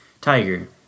Tiger